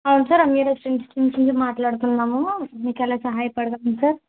అవును sir Ammi restaurant నుంచి మాట్లాడుతున్నాము మీకెలా సహాయపడగలము సార్